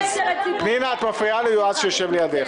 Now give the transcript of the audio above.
את מפריעה ליועז שיושב לידך.